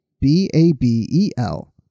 B-A-B-E-L